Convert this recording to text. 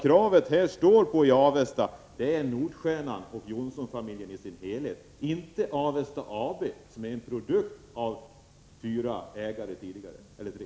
Kravet i Avesta handlar om Nordstjernan och Johnsonfamiljen i dess helhet, inte Avesta AB som är en produkt av tre tidigare ägare.